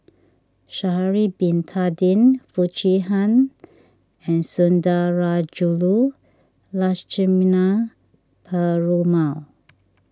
Sha'ari Bin Tadin Foo Chee Han and Sundarajulu Lakshmana Perumal